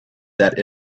that